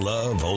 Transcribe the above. Love